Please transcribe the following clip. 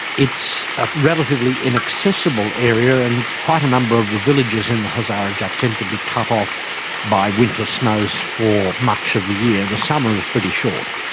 it's a relatively inaccessible area and quite a number of the villages in the hazarajat tend to be cut off by winter snows for much of the year. the summer is pretty short.